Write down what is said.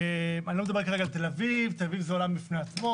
אני לא מדבר כרגע על תל אביב שהיא עולם בפני עצמו,